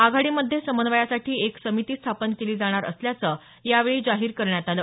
आघाडीमध्ये समन्वयासाठी एक समिती स्थापन केली जाणार असल्याचं यावेळी जाहीर करण्यात आलं